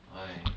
why